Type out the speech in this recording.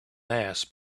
mass